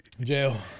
Jail